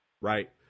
Right